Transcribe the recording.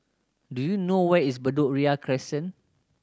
do you know where is Bedok Ria Crescent